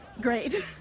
Great